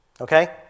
Okay